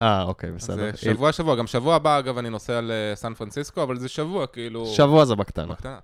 אה, אוקיי, בסדר. שבוע, שבוע. גם שבוע הבא, אגב, אני נוסע לסן פרנסיסקו, אבל זה שבוע, כאילו... שבוע זה בקטנה.